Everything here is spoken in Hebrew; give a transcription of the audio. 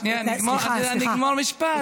שנייה, אני אגמור משפט.